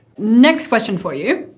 next question for you